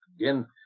Again